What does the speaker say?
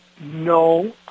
no